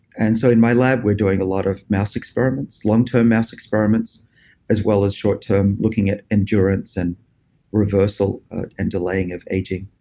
and so in my lab, we're doing a lot of mass experiments, long term mass experiments as well as short term looking at endurance and reversal and delaying of aging.